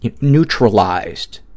neutralized